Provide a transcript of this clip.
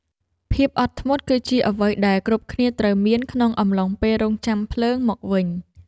ភាពអត់ធ្មត់គឺជាអ្វីដែលគ្រប់គ្នាត្រូវមាន ក្នុងអំឡុងពេលរង់ចាំភ្លើងមកវិញ។